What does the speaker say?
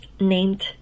named